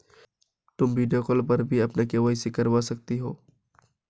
तुम video call पर भी अपनी के.वाई.सी करवा सकती हो